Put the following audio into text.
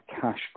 cash